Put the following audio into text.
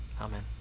Amen